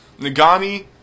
Nagani